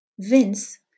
Vince